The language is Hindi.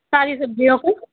सारी सब्जियों का